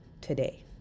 today